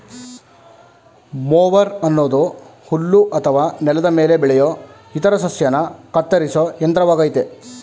mower ಅನ್ನೋದು ಹುಲ್ಲು ಅಥವಾ ನೆಲದ ಮೇಲೆ ಬೆಳೆಯೋ ಇತರ ಸಸ್ಯನ ಕತ್ತರಿಸೋ ಯಂತ್ರವಾಗಯ್ತೆ